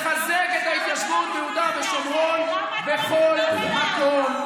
צריך לחזק את ההתיישבות ביהודה ושומרון בכל מקום,